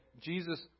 Jesus